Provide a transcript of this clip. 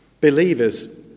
believers